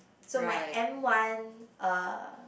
so my M one uh